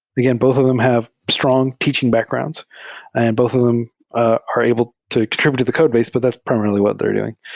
again, both of them have strong teaching backgrounds and both of them ah are able to contr ibute to the codebase, but that's primarily what they're doing.